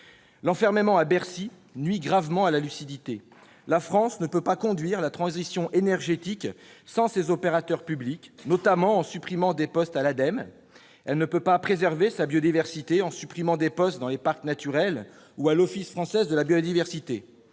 L'enfermement à Bercy nuit gravement à la lucidité ! La France ne peut pas conduire la transition énergétique sans ses opérateurs publics, en supprimant notamment des postes à l'Ademe. Elle ne peut pas préserver sa biodiversité en supprimant des postes dans les parcs naturels ou à l'Office français de la biodiversité